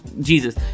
Jesus